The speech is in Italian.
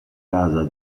casa